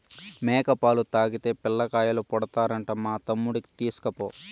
మేక పాలు తాగితే పిల్లకాయలు పుడతారంట మా తమ్ముడికి తీస్కపో